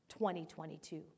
2022